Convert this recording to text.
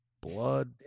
blood